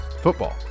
football